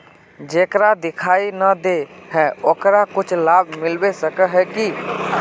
जेकरा दिखाय नय दे है ओकरा कुछ लाभ मिलबे सके है की?